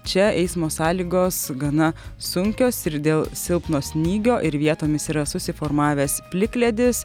čia eismo sąlygos gana sunkios ir dėl silpno snygio ir vietomis yra susiformavęs plikledis